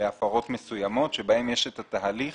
להפרות מסוימות בהן יש את התהליך